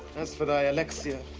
as for the elixir,